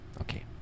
okay